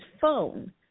phone